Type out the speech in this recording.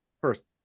first